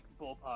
ballpark